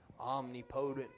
omnipotent